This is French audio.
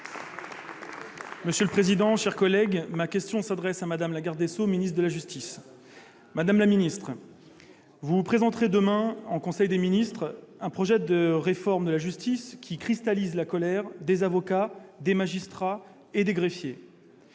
socialiste et républicain. Ma question s'adresse à Mme la garde des sceaux, ministre de la justice. Madame la ministre, vous présenterez demain en conseil des ministres un projet de réforme de la justice qui cristallise la colère des avocats, des magistrats et des greffiers.